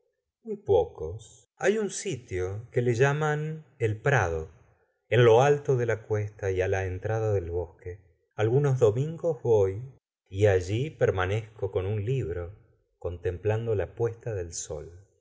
muy pocos hay un sitio que llaman el prado en lo alto de la cuesta y á la entrada del bosque algunos domingos voy y allí permanezco con un libro contemplando la puesta del sol